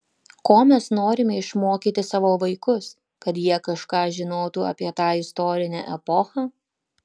ko mes norime išmokyti savo vaikus kad jie kažką žinotų apie tą istorinę epochą